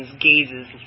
gazes